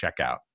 checkout